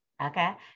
okay